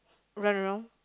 run around